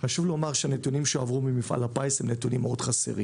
חשוב לומר שהנתונים שהועברו ממפעל הפיס מאוד חסרים.